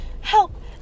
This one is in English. help